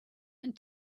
and